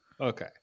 Okay